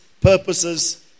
purposes